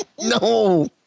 No